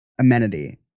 amenity